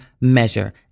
measure